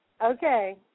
Okay